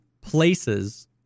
places